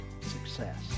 success